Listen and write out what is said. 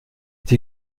die